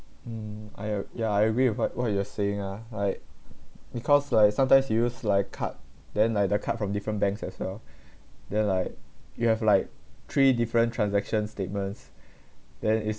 um I yeah I agree with what what you are saying ah like because like sometimes you use like card then like the card from different banks as well then like you have like three different transaction statements then it's